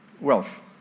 wealth